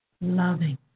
loving